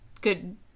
good